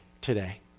today